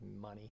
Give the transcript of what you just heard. money